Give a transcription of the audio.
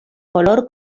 color